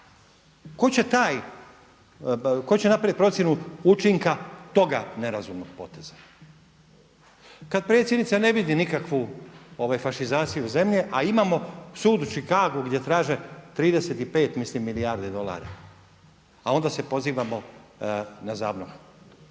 tko će napraviti procjenu učinka toga nerazumnog poteza. Kada predsjednica ne vidi nikakvu fašizaciju zemlje a imamo sud u Chicagu gdje traže 35 mislim milijarde dolara a onda se pozivamo na ZAVNOH.